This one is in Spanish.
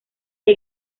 que